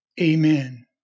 Amen